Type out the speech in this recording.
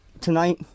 tonight